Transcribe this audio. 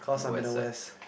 cause I'm in the west